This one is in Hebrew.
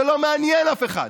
זה לא מעניין אף אחד,